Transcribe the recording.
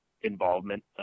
involvement